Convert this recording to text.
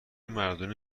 مردونه